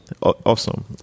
awesome